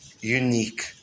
unique